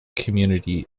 community